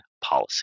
policy